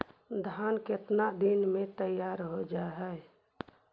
धान केतना दिन में तैयार हो जाय है?